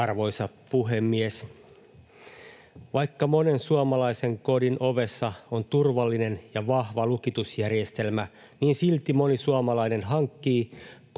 Arvoisa puhemies! Vaikka monen suomalaisen kodin ovessa on turvallinen ja vahva lukitusjärjestelmä, niin silti moni suomalainen hankkii